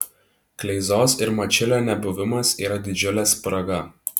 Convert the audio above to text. kleizos ir mačiulio nebuvimas yra didžiulė spraga